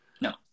No